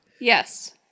Yes